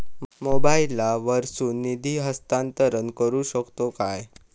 मोबाईला वर्सून निधी हस्तांतरण करू शकतो काय?